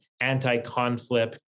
anti-conflict